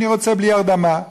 אני רוצה בלי הרדמה.